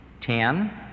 Ten